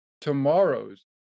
tomorrow's